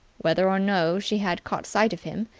whether or no she had caught sight of him,